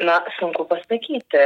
na sunku pasakyti